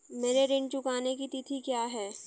मेरे ऋण चुकाने की तिथि क्या है?